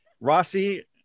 Rossi